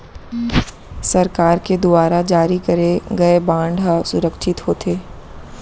सरकार के दुवार जारी करे गय बांड हर सुरक्छित होथे